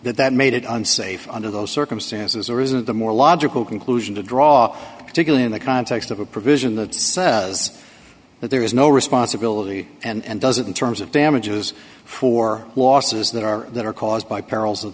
that that made it unsafe under those circumstances or is it the more logical conclusion to draw particularly in the context of a provision that says that there is no responsibility and does it in terms of damages for losses that are that are caused by perils of